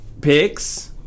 Pick's